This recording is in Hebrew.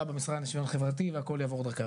במשרד לשוויון חברתי והכל יעבור דרך הוועדה הזו.